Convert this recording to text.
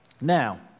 Now